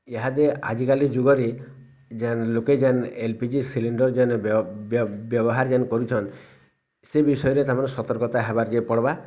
ଏହା ଯେ ଆଜିକାଲି ଯୁଗରେ ଯେନ୍ ଲୋକେ ଯେନ୍ ଏଲ୍ ପି ଜି ସିଲିଣ୍ଡର ଯେନ୍ ବ୍ୟବହାର ଯେନ୍ କରୁଛନ୍ ସେ ବିଷୟରେ ତମର ସର୍ତକତା ହେବାର୍ କେ ପଡ଼ବା